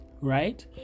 right